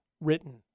written